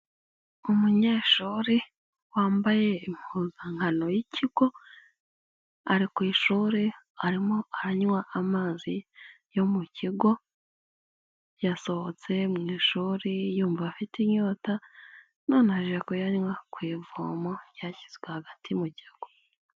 Umunyeshuri wambaye impuzankano y'ikigo ari ku ishuri arimo aranywa amazi yo mu kigo, yasohotse mu ishuri yumva afite inyota none aje kuyanywa ku ivomo ryashyizwe hagati mu kigo.